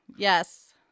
Yes